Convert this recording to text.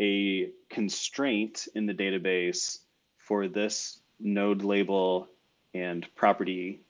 a constraint in the database for this node label and property